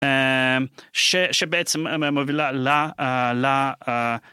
ששבעצם מובילה ל ל ...